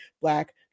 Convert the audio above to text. Black